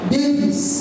Babies